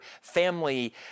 family